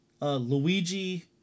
Luigi